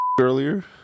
earlier